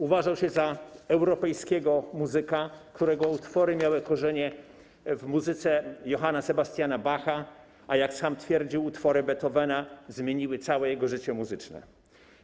Uważał się za europejskiego muzyka, którego utwory miały korzenie w muzyce Johanna Sebastiana Bacha, a jak sam twierdził, utwory Beethovena zmieniły całe jego życie muzyczne.